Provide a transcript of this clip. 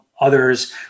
others